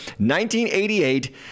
1988